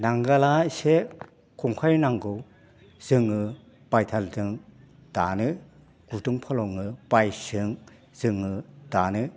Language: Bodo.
नांगोला इसे खंखाइ नांगौ जोङो बायथालजों दानो गुदुं फोलावनो बायसजों जोङो दानो